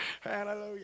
Hallelujah